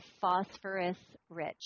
phosphorus-rich